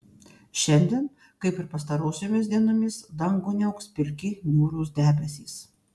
šiandien kaip ir pastarosiomis dienomis dangų niauks pilki niūrūs debesys